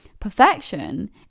perfection